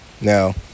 Now